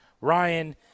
Ryan